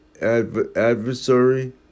Adversary